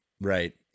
right